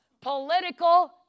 political